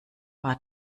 war